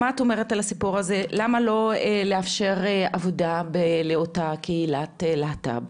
הזה, למה לא לאפשר עבודה לאותה קהילת להט"ב?